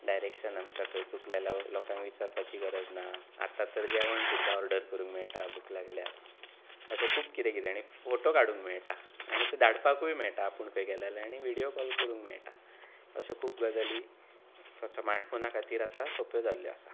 direction आमकां खंय चुकलें जाल्यार लोकांक विचारपाची गरज ना आतां तर जेवण सुद्दां ऑर्डर करूंक मेळटा भूक लागल्यार अशें खूब कितें कितें आनी फोटो काडूंक मेळटा आनी तो धाडपाकूय मेळटा आपूण खंय गेला जाल्यार आनी विडयो कॉल करूंक मेळटा अश्यो खूब गजाली स्मार्ट फोना खातीर आतां सोंप्यो जाल्ल्यो आसा